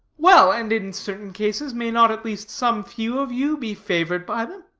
well, and in certain cases may not at least some few of you be favored by them